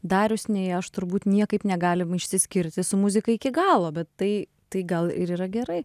darius nei aš turbūt niekaip negalim išsiskirti su muzika iki galo bet tai tai gal ir yra gerai